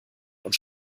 und